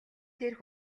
дээрх